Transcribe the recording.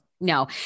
No